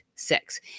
six